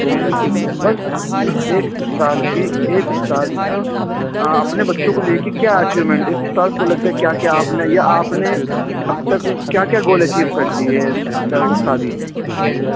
جی جی جی بس ایک استاد کی ایک استاد کیا اپنے بچوں کو لیے کہ کیا اچیومنٹ ایک استاد کو لگتا ہے کیا کیا آپ نے یا آپ نے اب تک کیا کیا گول اچیو کر لی ہے استادی میں